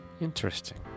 Interesting